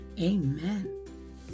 amen